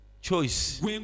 choice